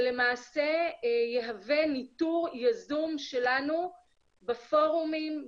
שלמעשה יהווה ניטור יזום שלנו בפורומים,